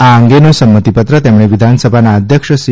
આ અંગેનો સંમતીપત્ર તેમણે વિધાનસભાના અધ્યક્ષ સી